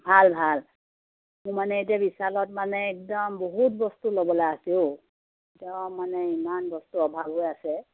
ভাল ভাল মোৰ মানে এতিয়া বিশালত মানে একদম বহুত বস্তু ল'বলৈ আছে অ' একদম মানে ইমান বস্তু অভাৱ হৈ আছে